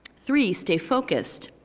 three, stay focused,